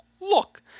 Look